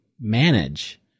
manage